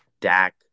Dak